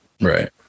Right